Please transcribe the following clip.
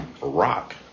rock